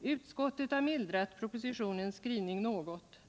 Utskottet har mildrat propositionens skrivning något.